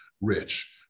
rich